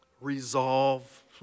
resolve